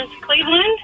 Cleveland